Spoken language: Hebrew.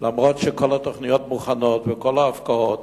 אף-על-פי שכל התוכניות מוכנות וכל ההפקעות.